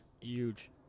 Huge